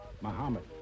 Muhammad